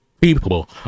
people